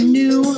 new